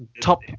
top